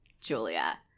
Julia